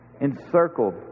encircled